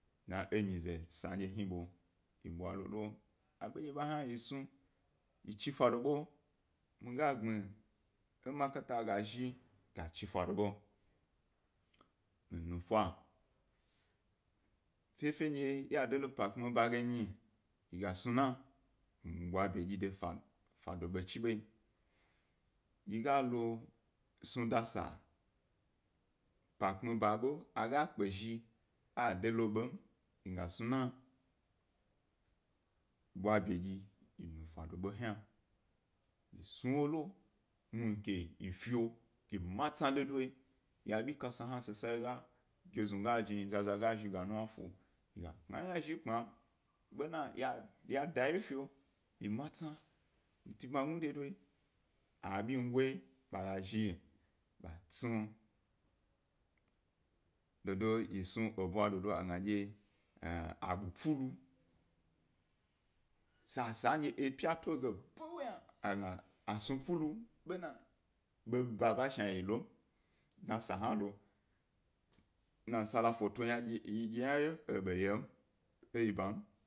Dna eriyize sandye hni ḃo hyi ḃwa dodo, a ḃondye ba hna yi snu yi chi fa do ḃe mi ga gbmi makanta ga zhi, yi ga chi fa doḃe, yi nufu, fefe ndye ga de lo pa kpmi ba ge nyi, mi gas nu na, mi ga ḃwa bidyi de fa doḃo chi be yi, he ga lo snuda sa, pa kpmi ba ḃo a ga kpezhi adelo ḃom he ga snuna, yi bwa ḃidyi yi nufa doḃo hna yi snu wo lo, muhni yi fiwo yi matsi de doyi, ya abi kasa hna sasa geznu ga dni zaza gas hi ga nuwna fu yi ga kna yi yna zhi egbma, ḃena ya dawge fiyi matsi yi ti buya gu de doyi, abingoyi ḃe ga zhi ḃwa snu, dodo yi snu ebwa dodo a gna yi ḃu pnulo, sa sandye epya tu bawo yna agna yi snu pnulo bena ḃaba sha wo yi lom dna sa hna lo, nasara foto dye yna eba yom ebam.